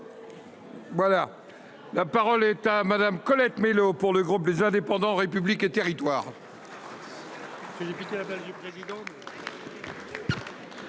! La parole est à Mme Colette Mélot, pour le groupe Les Indépendants - République et Territoires.